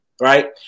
right